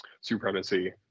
supremacy